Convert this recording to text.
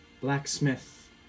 Blacksmith